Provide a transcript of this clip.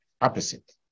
opposite